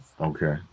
Okay